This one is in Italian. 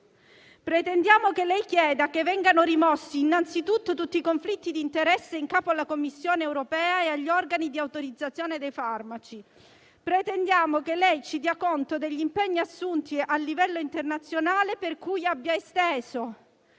Pretendiamo che lei chieda che vengano rimossi tutti i conflitti di interesse in capo alla Commissione europea e agli organi di autorizzazione dei farmaci. Pretendiamo che ci dia conto degli impegni assunti a livello internazionale per cui ha esteso